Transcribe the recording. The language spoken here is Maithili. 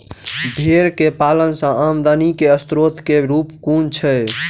भेंर केँ पालन सँ आमदनी केँ स्रोत केँ रूप कुन छैय?